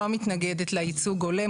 לא מתנגדת לייצוג הולם,